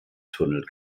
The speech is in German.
tunnel